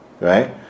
Right